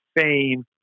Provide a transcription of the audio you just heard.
fame